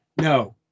no